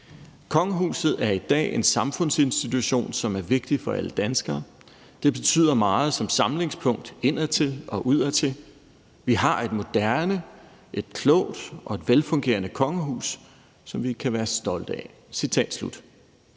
»Kongehuset er i dag en samfundsinstitution, som er vigtig for alle danskere. Det betyder meget som samlingspunkt indadtil og udadtil. Vi har i dag et moderne, et klogt og et velfungerende kongehus, som vi kan være stolte af.«